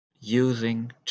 using